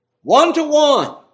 one-to-one